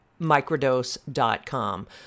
microdose.com